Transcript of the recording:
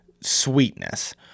sweetness